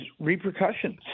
repercussions